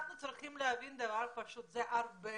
אנחנו צריכים להבין שזה הרבה